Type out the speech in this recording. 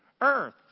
Earth